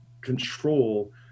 control